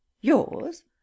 yours